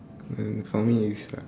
uh for me is lah